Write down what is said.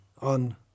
on